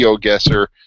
guesser